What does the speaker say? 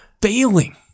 failing